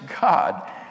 God